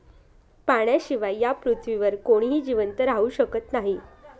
पाण्याशिवाय या पृथ्वीवर कोणीही जिवंत राहू शकत नाही